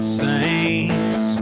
saints